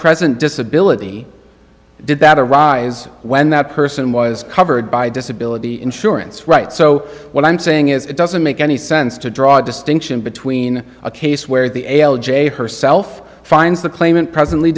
present disability did that arise when that person was covered by disability insurance right so what i'm saying is it doesn't make any sense to draw distinction between a case where the a l j herself finds the claimant presently